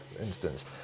instance